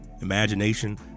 imagination